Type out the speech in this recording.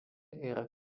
yra